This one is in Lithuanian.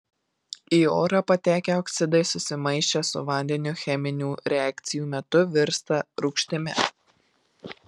į orą patekę oksidai susimaišę su vandeniu cheminių reakcijų metu virsta rūgštimi